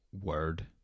word